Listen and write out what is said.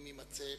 אם יימצא פה,